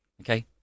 Okay